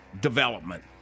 development